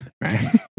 Right